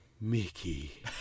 Mickey